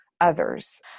others